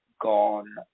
gone